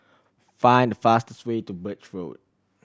find the fastest way to Birch Road